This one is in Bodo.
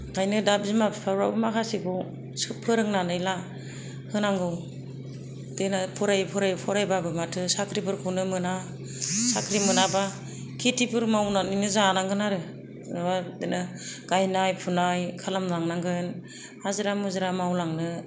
ओंखायनो दा बिमा बिफाफ्राबो माखासेखौ सोब फोरोंनानै लाहोनांगौ देनां फरायै फरायै फरायबाबो माथो साख्रिफोरखौनो मोना साख्रि मोनाबा खेथिफोर मावनानैनो जानांगोन आरो जेनबा बिदिनो गायनाय फुनाय खालामलांनांगोन हाजिरा मुजिरा मावलांनो